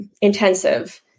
intensive